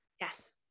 Yes